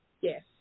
Yes